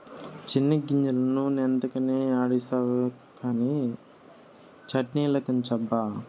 చెనిగ్గింజలన్నీ నూనె ఎంతకని ఆడిస్తావు కానీ చట్ట్నిలకుంచబ్బా